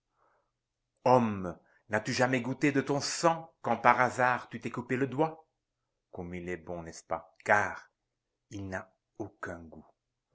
homme n'as-tu jamais goûté de ton sang quand par hasard tu t'es coupé le doigt comme il est bon n'est-ce pas car il n'a aucun goût